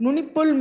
Nunipul